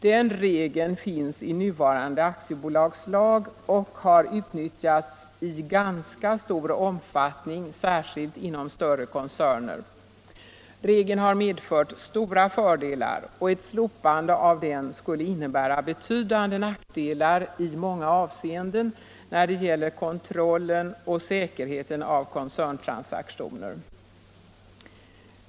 Denna regel finns i nuvarande aktiebolagslag och har utnyttjats i ganska stor omfattning, särskilt inom större koncerner. Regeln har medfört stora fördelar och ett slopande av den skulle innebära betydande nackdelar i många avseenden när det gäller kontrollen av och säkerheten i koncerntransaktioner.